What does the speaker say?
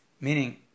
meaning